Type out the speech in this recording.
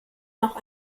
noch